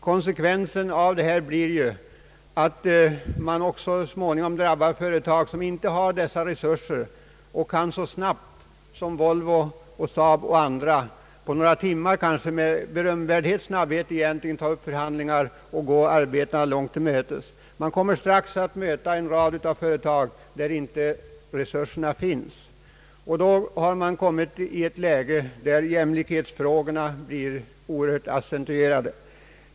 Konsekvensen blir att strejker så småningom också drabbar företag som inte har så goda resurser och därför inte lika snabbt som Volvo, Saab m.fl. kan ta upp förhandlingar som leder till resultat. De nu nämnda företagen kunde ju med berömvärd snabbhet ta upp förhandlingar och gå arbetarna långt till mötes. Men man kommer snabbt att möta en rad företag, där sådana resurser inte finns. Då har man kommit i ett läge, där jämlikhetsfrågorna blir oerhört accentuerade.